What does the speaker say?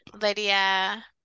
Lydia